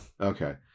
Okay